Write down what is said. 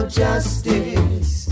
justice